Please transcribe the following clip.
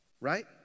Right